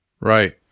Right